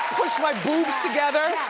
push my boobs together.